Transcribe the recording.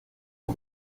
pro